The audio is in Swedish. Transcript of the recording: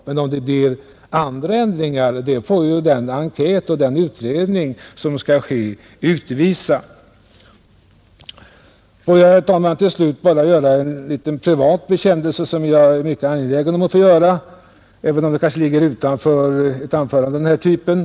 Men om det blir andra ändringar får väl den enkät och den utredning som skall göras utvisa. Får jag, herr talman, till slut bara göra en liten privat bekännelse som jag är mycket angelägen om att få göra, även om den kanske ligger utanför ett anförande av den här typen.